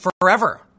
forever